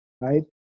right